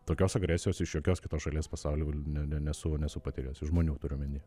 tokios agresijos iš jokios kitos šalies pasauly ne ne nesu nesu patyręs iš žmonių turiu omeny